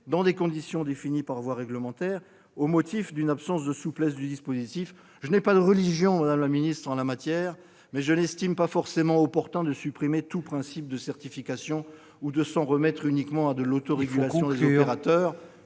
dans des conditions définies par voie réglementaire, au motif d'une absence de souplesse du dispositif. Je n'ai pas de religion en la matière, madame la secrétaire d'État, mais je n'estime pas forcément opportun de supprimer tout principe de certification ou de s'en remettre uniquement à l'autorégulation des opérateurs